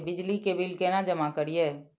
बिजली के बिल केना जमा करिए?